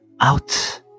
out